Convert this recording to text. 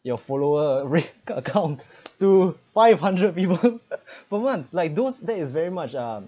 your follower rate account to five hundred viewer per month like those that is very much um